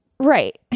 Right